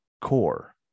core